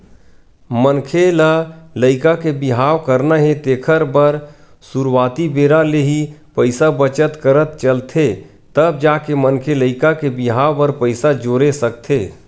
मनखे ल लइका के बिहाव करना हे तेखर बर सुरुवाती बेरा ले ही पइसा बचत करत चलथे तब जाके मनखे लइका के बिहाव बर पइसा जोरे सकथे